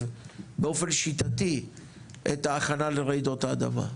באופן שיטתי את ההכנה לרעידות האדמה.